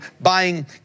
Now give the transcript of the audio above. buying